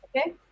okay